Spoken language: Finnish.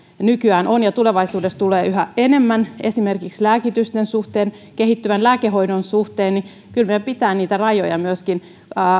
nykyään on ja tulevaisuudessa tulee yhä enemmän esimerkiksi lääkitysten kehittyvän lääkehoidon suhteen niin kyllä meidän pitää niitä rajoja